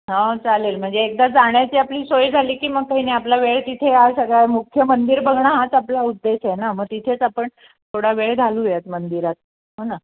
हा चालेल म्हणजे एकदा जाण्याची आपली सोय झाली की मग काही नाही आपला वेळ तिथे हां सगळा मुख्य मंदिर बघणं हाच आपला उद्देश आहे ना मग तिथेच आपण थोडा वेळ घालवूयात मंदिरात हो ना